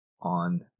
on